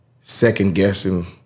second-guessing